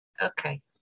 okay